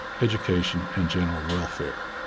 education, and general welfare.